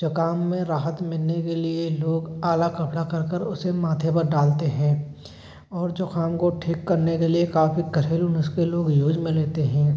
जुखाम में राहत मिलने के लिए लोग आला कपड़ा कर कर उसे माथे पर डालते हैं और जुखाम को ठीक करने के लिए काफ़ी घरेलू नुस्खे लोग यूज में लेते हैं